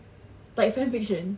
like fan fiction